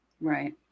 Right